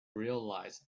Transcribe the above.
realized